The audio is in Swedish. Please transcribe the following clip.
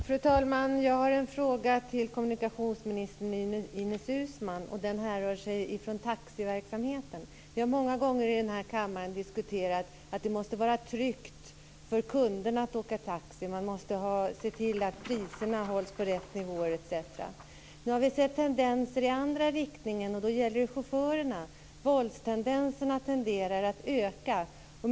Fru talman! Jag har en fråga till kommunikationsminister Ines Uusmann. Den härrör sig från taxiverksamheten. Vi har många gånger i den här kammaren diskuterat att det måste vara tryggt för kunderna att åka taxi och att man måste se till att priserna hålls på rätt nivåer etc. Nu har vi sett tendenser i andra riktningen. Det gäller chaufförerna. Våldstendenserna ökar.